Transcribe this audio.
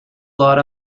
lot